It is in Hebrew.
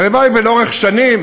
הלוואי ולאורך שנים,